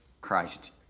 Christ